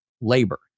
labor